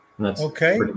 Okay